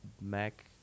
Mac